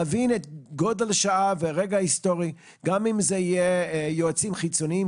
להבין את גודל השעה והרגע ההיסטורי גם אם זה יהיה יועצים חיצוניים